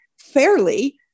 fairly